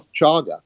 chaga